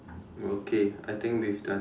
okay I think this is done